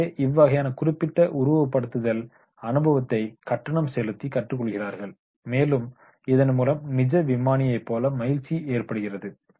எனவே இவ்வகையான குறிப்பிட்ட உருவகப்படுத்துதல் அனுபவத்தை கட்டணம் செலுத்தி கற்றுக்கொள்கிறார்கள் மேலும் இதன்மூலம் நிஜ விமானியை போல மகிழ்ச்சி ஏற்படுகிறது